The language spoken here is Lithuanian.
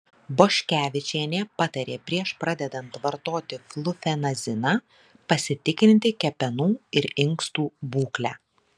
boškevičienė patarė prieš pradedant vartoti flufenaziną pasitikrinti kepenų ir inkstų būklę